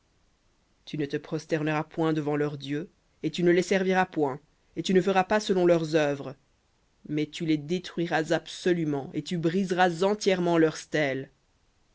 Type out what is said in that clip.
tu ne te prosterneras point devant leurs dieux et tu ne les serviras point et tu ne feras pas selon leurs œuvres mais tu les détruiras absolument et tu briseras entièrement leurs stèles